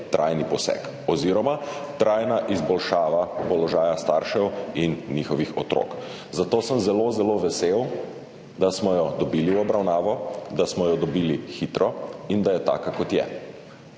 trajni poseg oziroma trajna izboljšava položaja staršev in njihovih otrok. Zato sem zelo, zelo vesel, da smo jo dobili v obravnavo, da smo jo dobili hitro in da je taka, kot je.V